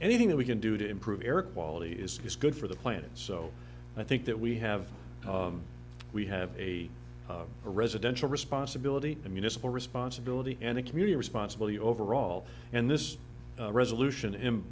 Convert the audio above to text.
anything that we can do to improve air quality is good for the planet so i think that we have we have a a residential responsibility the municipal responsibility and a community responsibility overall and this resolution